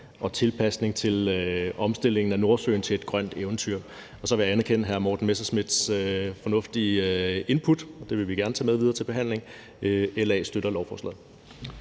en tilpasning i omstillingen af Nordsøen til et grønt eventyr. Og så vil jeg anerkende hr. Morten Messerschmidts fornuftige input; det vil vi gerne tage med videre til behandling. LA støtter lovforslaget.